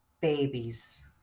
Babies